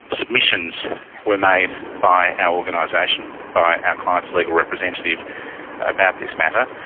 but submissions were made by our organisation, by our client's legal representative about this matter.